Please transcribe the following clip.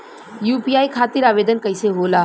UPI खातिर आवेदन कैसे होला?